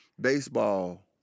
baseball